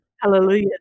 Hallelujah